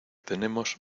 tenemos